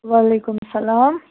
وعلیکُم سَلام